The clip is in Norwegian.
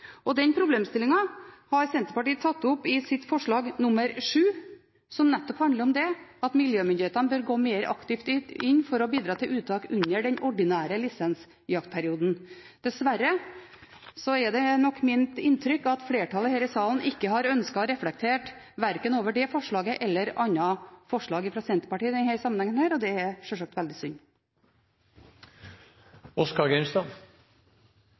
hiuttak. Den problemstillingen har Senterpartiet tatt opp i sitt forslag nr. 7, som nettopp handler om at miljømyndighetene bør gå mer aktivt inn for å bidra til uttak under den ordinære lisensjaktperioden. Dessverre er det nok mitt inntrykk at flertallet her i salen ikke har ønsket å reflektere verken over det forslaget eller andre forslag fra Senterpartiet i denne sammenheng. Det er sjølsagt veldig